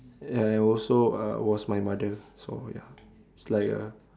ya and also uh was my mother so ya it's like a